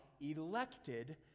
elected